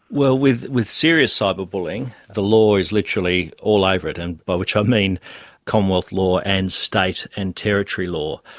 well, with with serious cyber bullying the law is literally all over it, and by which i mean commonwealth law and state and territory law.